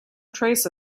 trace